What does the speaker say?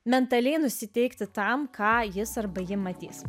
mentaliai nusiteikti tam ką jis arba ji matys